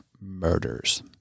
murders